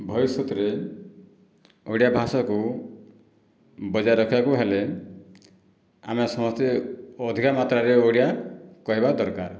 ଭବିଷ୍ୟତରେ ଓଡ଼ିଆ ଭାଷାକୁ ବଜାଏ ରଖିବାକୁ ହେଲେ ଆମେ ସମସ୍ତେ ଅଧିକା ମାତ୍ରାରେ ଓଡ଼ିଆ କହିବା ଦରକାର